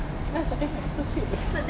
that's the thing so cute